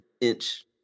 inch